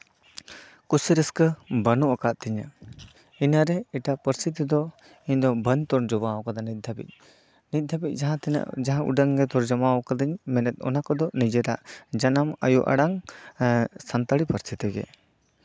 ᱠᱩᱥᱤ ᱨᱟᱹᱥᱠᱟᱹ ᱵᱟᱱᱩᱜ ᱟᱠᱟᱫ ᱛᱤᱧᱟ ᱤᱱᱟᱹᱨᱮ ᱮᱴᱟᱜ ᱯᱟᱹᱨᱥᱤ ᱛᱮᱫᱚ ᱤᱧ ᱫᱚ ᱵᱟᱹᱧ ᱛᱚᱨᱡᱚᱢᱟ ᱠᱟᱫᱟ ᱱᱤᱛ ᱫᱷᱟᱵᱤᱡ ᱱᱤᱛ ᱫᱷᱟᱵᱤᱡ ᱡᱟᱦᱟᱸ ᱩᱰᱟᱹᱝ ᱛᱚᱨᱡᱚᱢᱟ ᱠᱟᱫᱟᱹᱧ ᱢᱮᱱᱮᱫ ᱚᱱᱟ ᱠᱚᱫᱚ ᱱᱤᱡᱮᱨᱟᱜ ᱮᱜ ᱡᱟᱱᱟᱢ ᱟᱭᱳ ᱟᱲᱟᱝ ᱥᱟᱱᱛᱟᱲᱤ ᱯᱟᱹᱨᱥᱤ ᱛᱮᱜᱮ